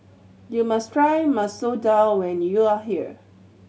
you must try Masoor Dal when you are here